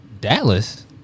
Dallas